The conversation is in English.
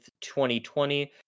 2020